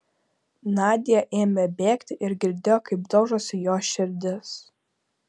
nadia ėmė bėgti ir girdėjo kaip daužosi jos širdis